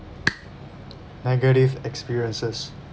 negative experiences